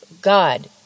God